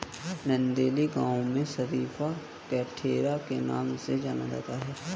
नंदेली गांव में शरीफा कठेर के नाम से जाना जाता है